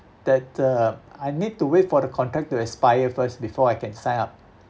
that uh I need to wait for the contract to expire first before I can sign up